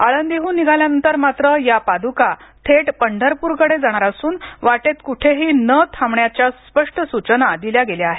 आळंदीहून निघाल्यानंतर मात्र या पाद्का थेट पंढरपूरकडे जाणार असून वाटेत कुठेही न थांबण्याच्या स्पष्ट सूचना दिल्या गेल्या आहेत